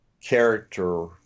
character